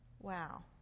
Wow